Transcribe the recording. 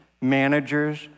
managers